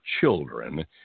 children